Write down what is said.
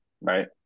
Right